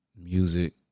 music